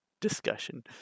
discussion